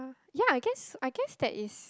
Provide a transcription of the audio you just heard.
ya I guess I guess that is